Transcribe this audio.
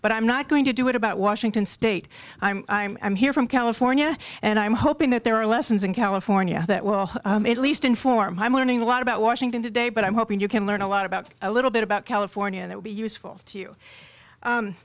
but i'm not going to do it about washington state i'm here from california and i'm hoping that there are lessons in california that well at least inform i'm learning a lot about washington today but i'm hoping you can learn a lot about a little bit about california that would be useful to you